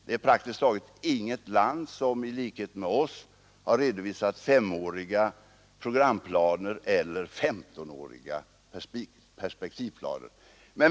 Det är praktiskt taget inget land som i likhet med oss har redovisat femåriga programplaner eller femtonåriga perspektivplaner.